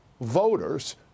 voters